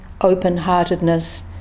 open-heartedness